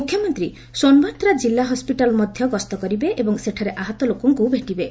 ମୁଖ୍ୟମନ୍ତ୍ରୀ ସୋନଭଦ୍ରା କିଲ୍ଲା ହସ୍କିଟାଲ୍ ମଧ୍ୟ ଗସ୍ତ କରିବେ ଏବଂ ସେଠାରେ ଆହତ ଲୋକଙ୍କୁ ଭେଟିବେ